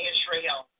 Israel